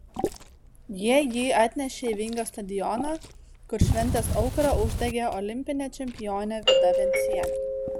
jie jį atnešė į vingio stadioną kur šventės aukurą uždegė olimpinė čempionė vida vencienė